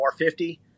450